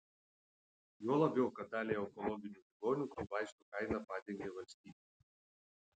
juo labiau kad daliai onkologinių ligonių tų vaistų kainą padengia valstybė